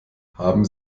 haben